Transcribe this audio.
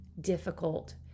difficult